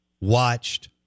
watched